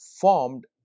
formed